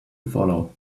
follow